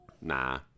nah